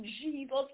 Jesus